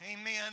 amen